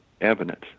evidence